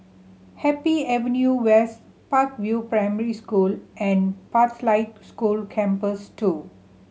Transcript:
Happy Avenue West Park View Primary School and Pathlight School Campus Two